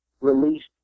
released